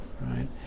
right